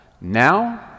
Now